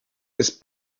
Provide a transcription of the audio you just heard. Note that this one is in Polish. jest